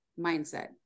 mindset